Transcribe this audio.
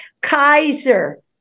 Kaiser